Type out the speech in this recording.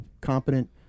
competent